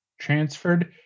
transferred